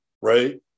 right